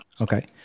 Okay